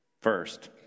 First